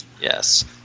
Yes